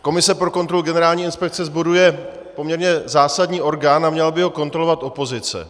Komise pro kontrolu generální inspekce sborů je poměrně zásadní orgán a měla by ho kontrolovat opozice.